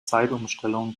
zeitumstellung